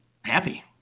happy